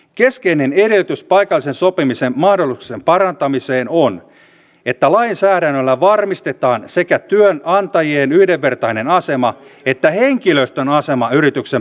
keskeinen edellytys paikallisen sopimisen mahdollisuuksien parantamiselle on että lainsäädännöllä varmistetaan sekä työnantajien yhdenvertainen asema että henkilöstön asema yrityksen päätöksenteossa